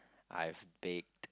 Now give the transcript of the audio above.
I've baked